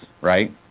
right